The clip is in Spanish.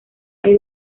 hay